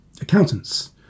accountants